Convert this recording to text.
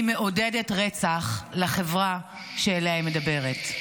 היא מעודדת רצח בחברה שאליה היא מדברת,